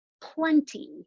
plenty